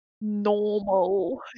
normal